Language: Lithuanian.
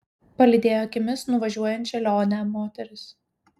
palydėjo akimis nuvažiuojančią lionę moteris